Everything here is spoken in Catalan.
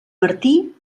martí